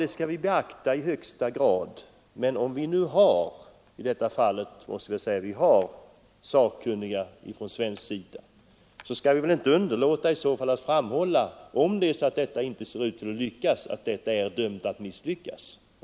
Det skall vi beakta i högsta grad, men om vi i detta fall har sakkunniga från svensk sida, skall vi väl inte — om projektet inte ser ut att lyckas — underlåta att framhålla att det är dömt att misslyckas.